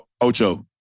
Ocho